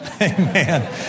Amen